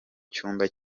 cyumba